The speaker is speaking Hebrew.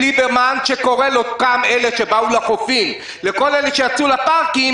ליברמן שקורא לאלה שבאו לחופים וכל אלה שיצאו לפארקים,